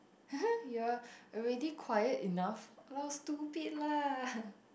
you're already quiet enough !walao! stupid lah